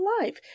life